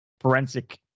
forensic